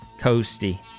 coasty